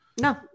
No